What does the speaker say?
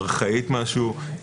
ארכאית משהו.